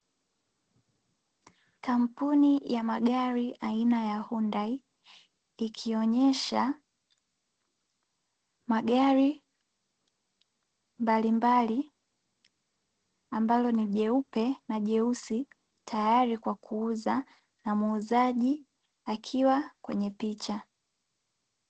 Kampuni ya magari aina ya (Hundai) ikionyesha magari mbalimbali ambalo ni jeupe na jeusi tayari kwa kuuza na muuzaji akiwa kwenye picha.